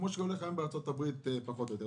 כמו שקורה היום בארצות-הברית פחות או יותר.